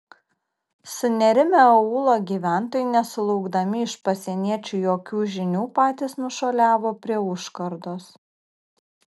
sunerimę aūlo gyventojai nesulaukdami iš pasieniečių jokių žinių patys nušuoliavo prie užkardos